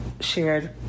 shared